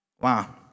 Wow